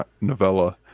novella